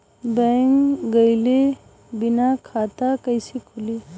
Bank गइले बिना खाता कईसे खुली?